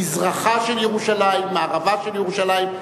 יש מזרחה של ירושלים, מערבה של ירושלים.